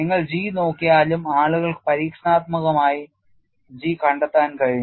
നിങ്ങൾ G നോക്കിയാലും ആളുകൾക്ക് പരീക്ഷണാത്മകമായി G കണ്ടെത്താൻ കഴിഞ്ഞു